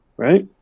right?